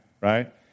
right